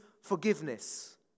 forgiveness